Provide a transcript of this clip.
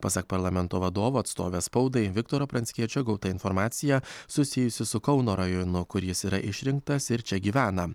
pasak parlamento vadovo atstovės spaudai viktoro pranckiečio gauta informacija susijusi su kauno rajonu kur jis yra išrinktas ir čia gyvena